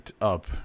up